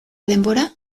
denbora